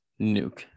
Nuke